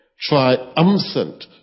Triumphant